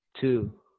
Two